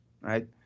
right